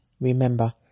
Remember